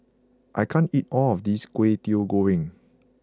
I can't eat all of this Kway Teow Goreng